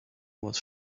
was